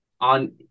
on